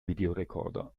videorekorder